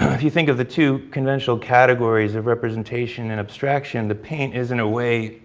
if you think of the two conventional categories of representation and abstraction, the paint isn't a way